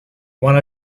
wanna